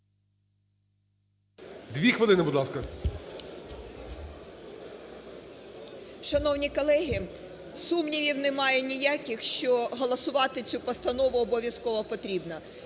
ТИМОШЕНКО Ю.В. Шановні колеги, сумнівів немає ніяких, що голосувати цю постанову обов'язково потрібно.